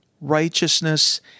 righteousness